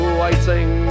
waiting